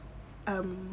um